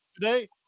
today